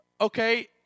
okay